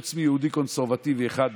חוץ מיהודי קונסרבטיבי אחד,